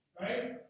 right